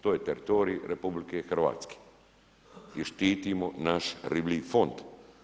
To je teritorij RH i štitimo naš riblji fond.